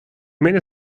many